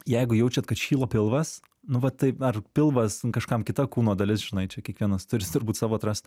jeigu jaučiat kad šyla pilvas nu va taip ar pilvas kažkam kita kūno dalis žinai čia kiekvienas turi turbūt savo atrast